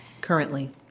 Currently